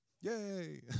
Yay